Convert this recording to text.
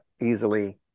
easily